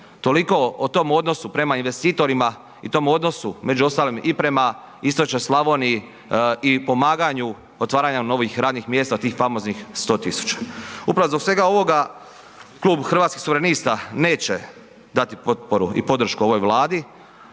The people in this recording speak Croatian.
Toliko o tom odnosu prema investitorima i tom odnosu među ostalim i prema istočnoj Slavoniji i pomaganju otvaranja novih radnih mjesta od tih famoznih 100.000. Upravo zbog svega ovoga klub Hrvatskih suverenista neće dati potporu i podršku ovoj Vladi,